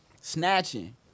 Snatching